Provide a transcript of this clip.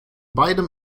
beidem